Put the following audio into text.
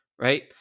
right